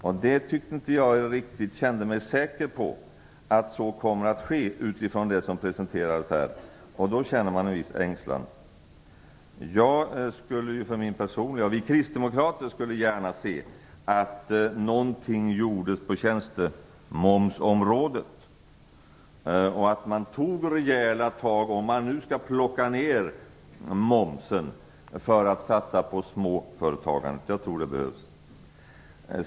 Jag kände mig inte riktigt säker på att så sker utifrån det som presenteras här. Då känner man en viss ängslan. Vi kristdemokrater skulle gärna se att någonting gjordes på tjänstemomsområdet och att man tog rejäla tag, om nu momsen skall tas ned, för att satsa på småföretagandet. Jag tror att det behövs.